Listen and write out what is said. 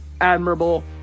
admirable